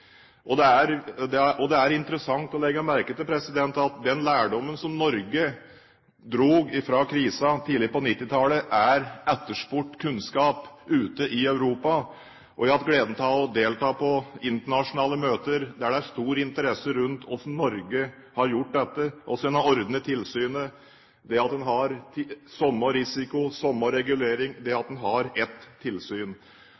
Det er interessant å legge merke til at den lærdommen som Norge dro fra krisen tidlig på 1990-tallet, er etterspurt kunnskap ute i Europa. Jeg har hatt gleden av å delta på internasjonale møter der det er stor interesse rundt hvordan Norge har gjort dette, hvordan man har ordnet tilsynet, og det at man har samme risiko og samme regulering – det